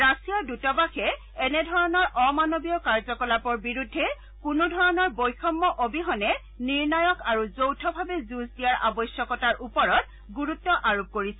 ৰাছিয়াৰ দুতবাসে এনেধৰণৰ অমানৱীয় কাৰ্যকলাপৰ বিৰুদ্ধে কোনো ধৰণৰ বৈষম্য অবিহনে নিৰ্ণায়ক আৰু যৌথভাৱে যুঁজ দিয়াৰ আৱশ্যকতাৰ ওপৰত গুৰুত্ব আৰোপ কৰিছে